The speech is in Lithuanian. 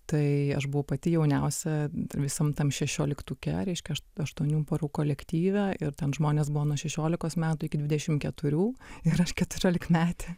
tai aš buvau pati jauniausia visam tam šešioliktuke reiškia aš aštuonių parų kolektyve ir ten žmonės buvo nuo šešiolikos metų iki dvidešimt keturių ir aš keturiolikmetė